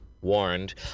warned